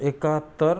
एकाहत्तर